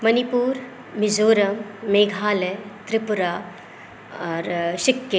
मणिपुर मिजोरम मेघालय त्रिपुरा आओर सिक्किम